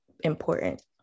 important